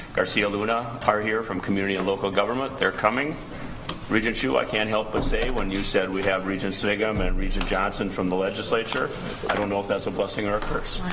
garcia luda are here from community and local government they're coming regent you i can't help but say when you said we have regents vegam and riza johnson from the legislature i don't know if that's a blessing or a curse